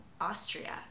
Austria